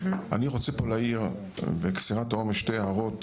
אני רוצה להעיר פה בקצירת העומר שתי הארות,